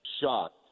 shocked